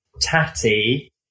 Tatty